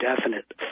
definite